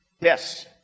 Yes